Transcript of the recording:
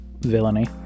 villainy